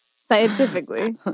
scientifically